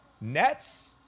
Nets